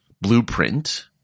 blueprint